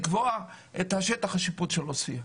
על מנת לקבוע את שטח השיפוט של עוספיה.